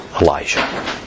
Elijah